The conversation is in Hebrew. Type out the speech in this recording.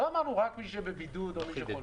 לא אמרנו רק מי שבבידוד או מי שחולה.